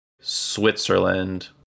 Switzerland